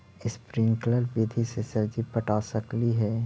Sprinkle विधि से सब्जी पटा सकली हे?